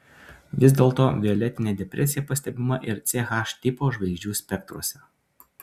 vis dėlto violetinė depresija pastebima ir ch tipo žvaigždžių spektruose